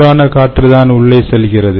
சூடான காற்றுதான் உள்ளே செல்கிறது